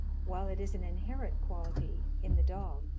while it is an inherent quality in the dog.